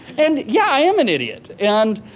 and yeah, i am an idiot. and